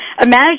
Imagine